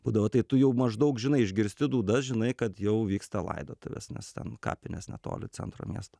būdavo tai tu jau maždaug žinai išgirsti dūdas žinai kad jau vyksta laidotuvės nes ten kapinės netoli centro mesto